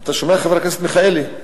אתה שומע, חבר הכנסת מיכאלי?